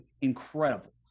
incredible